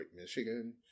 Michigan